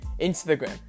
Instagram